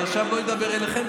אני עכשיו לא אדבר אליכם,